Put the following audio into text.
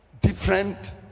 different